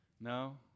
No